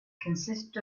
consist